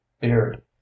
beard